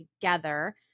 together